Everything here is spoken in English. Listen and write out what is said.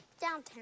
Downtown